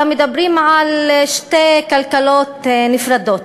אלא מדברים על שתי כלכלות נפרדות.